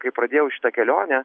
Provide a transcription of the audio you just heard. kai pradėjau šitą kelionę